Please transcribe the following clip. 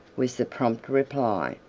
was the prompt reply.